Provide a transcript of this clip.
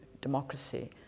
democracy